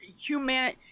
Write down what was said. human